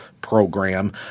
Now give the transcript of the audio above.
Program